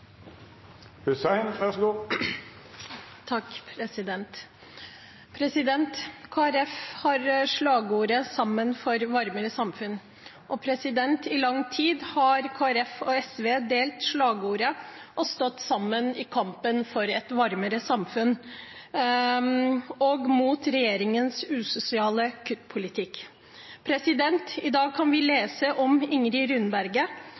diskutere dette. Så løpet er ikke ferdig, men det måtte gjøres noe. Kristelig Folkeparti har slagordet «Sammen for et varmere samfunn», og i lang tid har Kristelig Folkeparti og SV delt slagordet og stått sammen i kampen for et varmere samfunn og mot regjeringens usosiale kuttpolitikk. I dag kan vi lese om Ingrid